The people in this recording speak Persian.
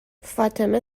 فاطمه